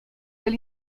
del